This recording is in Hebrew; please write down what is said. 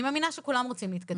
אני מאמינה שכולם רוצים להתקדם,